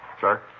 Sir